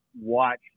watch